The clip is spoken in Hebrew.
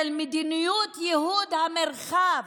של מדיניות ייהוד המרחב,